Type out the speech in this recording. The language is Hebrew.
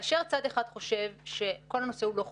כאשר צד אחד חושב שכל הנושא הוא לא חוקי,